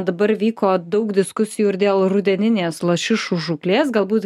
dabar vyko daug diskusijų ir dėl rudeninės lašišų žūklės galbūt